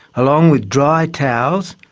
along with dry towels,